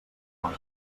cosa